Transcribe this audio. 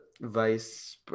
vice